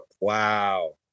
Wow